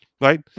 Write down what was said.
Right